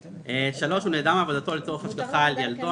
(3) הוא נעדר מעבודתו לצורך השגחה על ילדו,